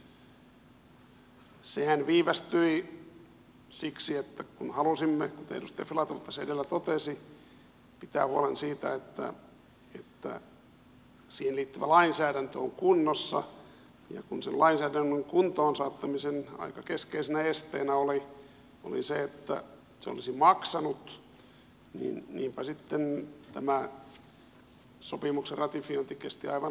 sehän viivästyi siksi että kun halusimme kuten edustaja filatov tässä edellä totesi pitää huolen siitä että siihen liittyvä lainsäädäntö on kunnossa ja kun sen lainsäädännön kuntoon saattamisen aika keskeisenä esteenä oli se että se olisi maksanut niin niinpä sitten tämä sopimuksen ratifiointi kesti aivan liian pitkään